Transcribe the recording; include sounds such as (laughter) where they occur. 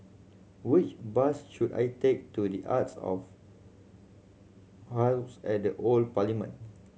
which bus should I take to The Arts of (unintelligible) at the Old Parliament